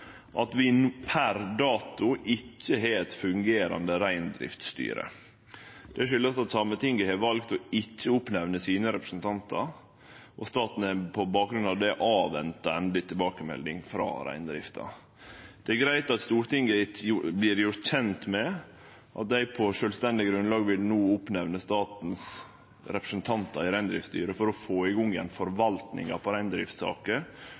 at vi per dags dato ikkje har eit fungerande reindriftsstyre. Det kjem av at Sametinget har valt ikkje å nemne opp sine representantar, og staten har på bakgrunn av det venta på endeleg tilbakemelding frå reindrifta. Det er greitt at Stortinget vert gjort kjent med at eg på sjølvstendig grunnlag no vil nemne opp staten sine representantar i reindriftsstyret for å få i gang igjen